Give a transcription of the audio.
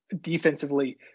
defensively